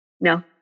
No